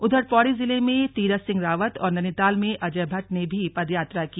उधर पौड़ी जिले में तीरथ सिंह रावत और नैनीताल में अजट भट्ट ने भी पदयात्रा की